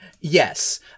Yes